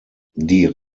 die